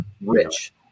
Rich